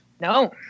No